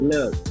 Look